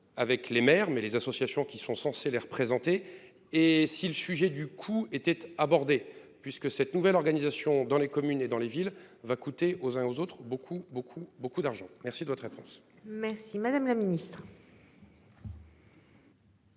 Avec les maires, mais les associations qui sont censés les représenter et si le sujet du coup été abordées puisque cette nouvelle organisation dans les communes et dans les villes, va coûter aux uns, aux autres beaucoup beaucoup beaucoup d'argent. Merci de votre réponse. Merci, madame la Ministre.